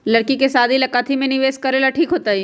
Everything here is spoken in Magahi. लड़की के शादी ला काथी में निवेस करेला ठीक होतई?